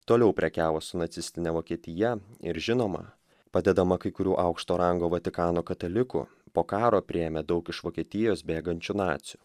toliau prekiavo su nacistine vokietija ir žinoma padedama kai kurių aukšto rango vatikano katalikų po karo priėmė daug iš vokietijos bėgančių nacių